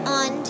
on